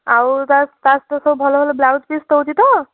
ଆଉ ତା' ତାସହିତ ସବୁ ଭଲ ଭଲ ବ୍ଲାଉଜ୍ ପିସ୍ ରହୁଛି ତ